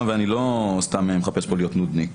אני לא מחפש להיות כאן סתם נודניק.